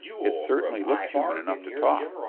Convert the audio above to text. it certainly looks human enough to talk.